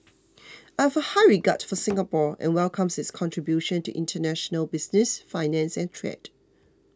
I have a high regard for Singapore and welcome its contribution to international business finance and trade